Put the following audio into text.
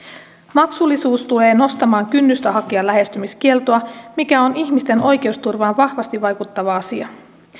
maksullisuus tulee nostamaan kynnystä hakea lähestymiskieltoa mikä on ihmisten oikeusturvaan vahvasti vaikuttava asia